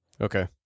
Okay